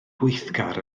gweithgar